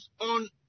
on